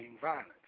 Violence